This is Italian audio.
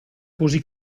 così